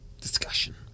discussion